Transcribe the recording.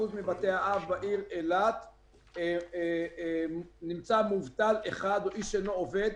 מבתי האב בעיר אילת נמצא מובטל אחד או איש שאינו עובד.